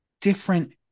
different